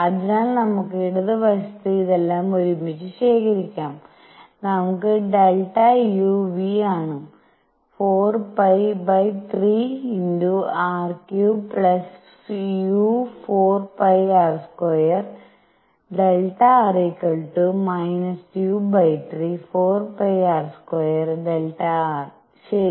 അതിനാൽ നമുക്ക് ഇടതുവശത്ത് ഇതെല്ലാം ഒരുമിച്ച് ശേഖരിക്കാം നമുക്ക് Δu V ആണ് 4π3r3u 4 π r2 Δr u3 4 π r2 Δr ശരി